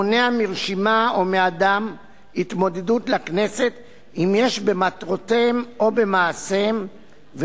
המונע מרשימה או מאדם התמודדות לכנסת אם יש במטרותיהם או במעשיהם,